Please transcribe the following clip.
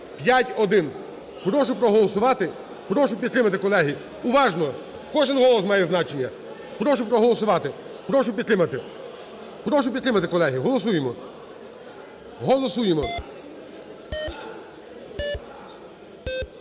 (8151). Прошу проголосувати. Прошу підтримати, колеги. Уважно! Кожен голос має значення. Прошу проголосувати. Прошу підтримати. Прошу підтримати, колеги. Голосуємо. Голосуємо.